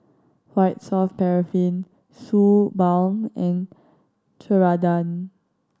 White Soft Paraffin Suu Balm and Ceradan